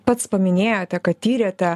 pats paminėjote kad tyrėte